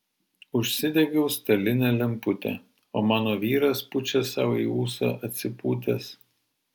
užsidegiau stalinę lemputę o mano vyras pučia sau į ūsą atsipūtęs